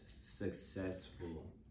successful